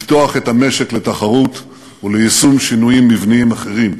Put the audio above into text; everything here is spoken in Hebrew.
לפתוח את המשק לתחרות וליישום שינויים מבניים אחרים.